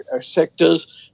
sectors